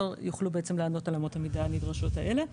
יוכלו לענות על אמות המידה הנדרשות האלה?